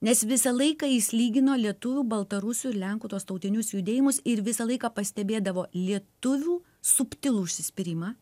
nes visą laiką jis lygino lietuvių baltarusių ir lenkų tuos tautinius judėjimus ir visą laiką pastebėdavo lietuvių subtilų užsispyrimą